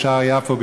בשער יפו,